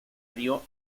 dio